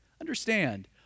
Understand